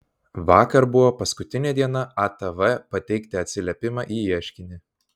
vakar buvo paskutinė diena atv pateikti atsiliepimą į ieškinį